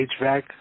HVAC